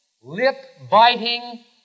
lip-biting